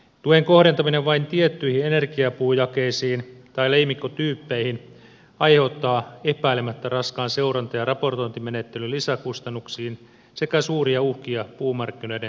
tuen kohdentaminen vain tiettyihin energiapuujakeisiin tai leimikkotyyppeihin aiheuttaa epäilemättä raskaan seuranta ja raportointimenettelyn lisäkustannuksin sekä suuria uhkia puumarkkinoiden toimivuudelle